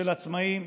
של עצמאים,